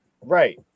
Right